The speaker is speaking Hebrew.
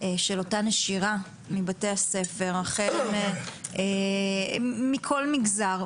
של אותה נשירה מבתי-הספר החל מכל מגזר,